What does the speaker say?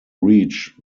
reach